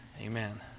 Amen